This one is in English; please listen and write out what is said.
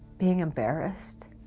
being embarrassed.